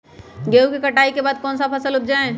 गेंहू के कटाई के बाद कौन सा फसल उप जाए?